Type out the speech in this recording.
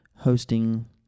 Hosting